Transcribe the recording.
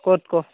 ক'ত ক